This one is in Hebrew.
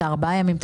את הארבעה ימים,